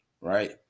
right